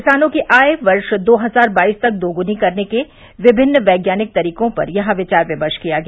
किसानों की आय वर्ष दो हजार बाइस तक दो गूनी करने के विभिन्न वैज्ञानिक तरीकों पर यहां विचार विमर्श किया गया